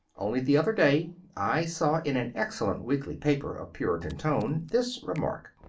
only the other day i saw in an excellent weekly paper of puritan tone this remark,